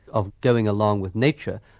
of going along with nature,